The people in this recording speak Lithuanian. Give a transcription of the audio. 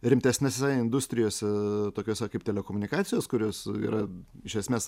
rimtesnėse industrijose tokiose kaip telekomunikacijos kurios yra iš esmės